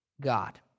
God